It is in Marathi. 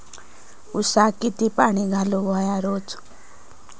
ऊसाक किती पाणी घालूक व्हया रोज?